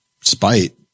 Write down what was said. spite